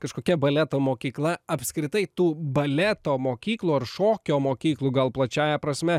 kažkokia baleto mokykla apskritai tų baleto mokyklų ar šokio mokyklų gal plačiąja prasme